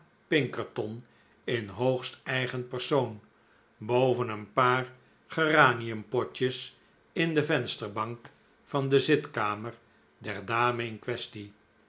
pinkerton in hoogst eigen persoon boven een paar geranium potjes in de vensterbank van de zitkamer der dame in quaestie